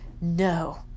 No